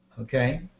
okay